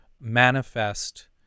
manifest